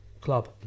club